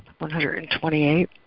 128